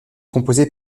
composée